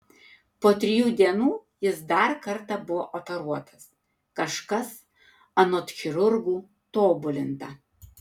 po trijų dienų jis dar kartą buvo operuotas kažkas anot chirurgų tobulinta